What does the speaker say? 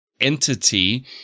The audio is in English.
entity